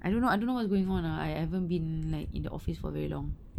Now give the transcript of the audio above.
I don't know I don't know what's going on I I haven't been like in the office for very long